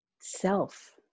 self